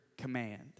command